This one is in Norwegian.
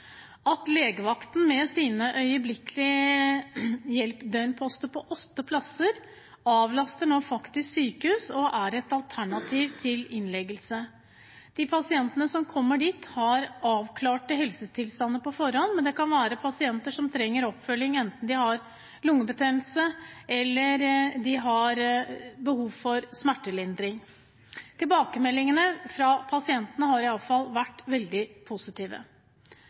at legevakten med sine øyeblikkelig hjelp-døgnposter på åtte plasser faktisk nå avlaster sykehus og er et alternativ til innleggelse, at de pasientene som kommer dit, har avklarte helsetilstander, men det kan være pasienter som trenger oppfølging, enten de har lungebetennelse, eller de har behov for smertelindring, og at tilbakemeldingene fra pasientene iallfall har vært veldig positive.